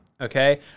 Okay